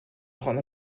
grande